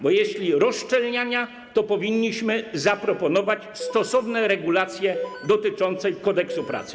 Bo jeśli rozszczelniania, to powinniśmy zaproponować stosowne regulacje dotyczące Kodeksu pracy.